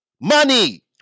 money